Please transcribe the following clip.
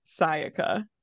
Sayaka